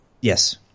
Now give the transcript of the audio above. Yes